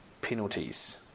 penalties